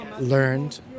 learned